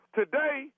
today